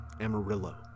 Amarillo